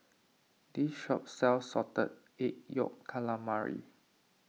this shop sells Salted Egg Yolk Calamari